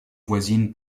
voisine